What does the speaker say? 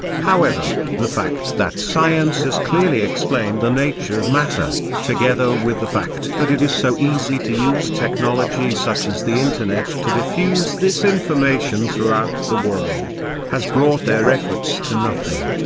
however, the fact that science has clearly explained the nature of matter, together with the fact that it is so easy to use technology such as the internet to diffuse this information throughout the world, has brought their efforts to nothing.